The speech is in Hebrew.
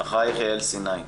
ואחרייך יעל סיני.